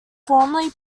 formerly